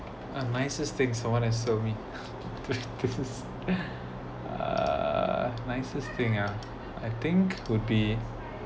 a nicest thing someone has shown me this is ah I think would be